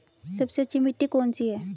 सबसे अच्छी मिट्टी कौन सी है?